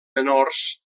menors